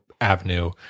avenue